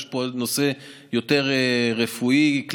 יש פה נושא יותר רפואי-קליני,